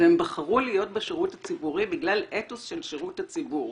והם בחרו להיות בשירות הציבורי בגלל אתוס של שירות הציבור,